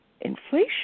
inflation